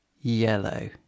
Yellow